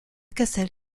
castel